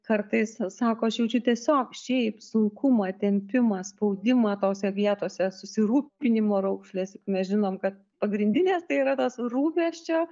kartais sako aš jaučiu tiesiog šiaip sunkumą tempimą spaudimą tose vietose susirūpinimo raukšlės mes žinom kad pagrindinės tai yra tos rūpesčio